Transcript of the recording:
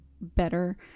better